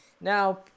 Now